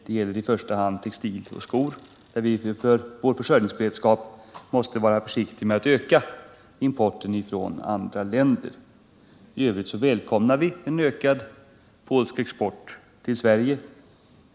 I första hand måste vi av detta skäl vara försiktiga med att öka importen från andra länder av textilier och skor. I övrigt välkomnar vi alltså en ökad polsk export till Sverige.